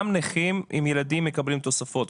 גם נכים עם ילדים מקבלים תוספות,